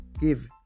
give